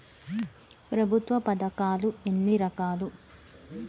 ప్రభుత్వ పథకాలు ఎన్ని రకాలు?